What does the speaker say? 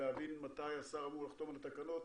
להבין מתי השר אמור לחתום על התקנות,